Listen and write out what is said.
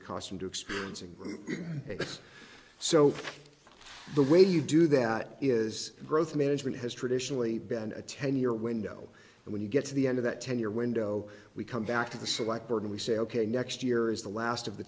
accustomed to experiencing and so the way you do that is growth management has traditionally been a ten year window and when you get to the end of that ten year window we come back to the select burton we say ok next year is the last of the